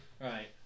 Right